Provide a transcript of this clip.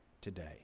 today